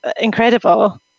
incredible